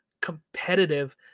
competitive